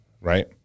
right